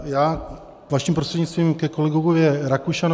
Já, vaším prostřednictvím, ke kolegovi Rakušanovi.